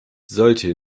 sollte